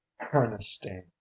ernestine